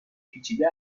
پیچیده